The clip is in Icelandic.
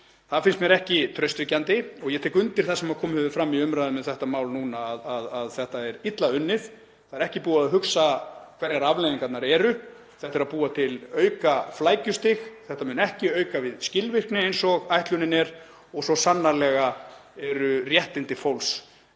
það finnst mér ekki traustvekjandi. Ég tek undir það sem komið hefur fram í umræðunni um þetta mál núna að þetta er illa unnið. Það er ekki búið að hugsa hverjar afleiðingarnar eru, þetta er að búa til aukaflækjustig. Þetta mun ekki auka við skilvirkni, eins og ætlunin er, og svo sannarlega eru réttindi fólks